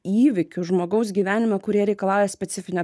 įvykių žmogaus gyvenime kurie reikalauja specifinio